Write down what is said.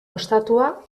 ostatua